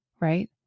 right